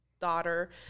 daughter